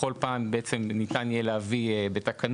(7) בעל רישיון